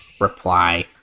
reply